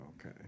okay